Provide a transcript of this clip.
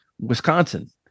Wisconsin